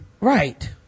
Right